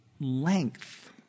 length